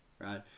right